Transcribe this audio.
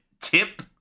tip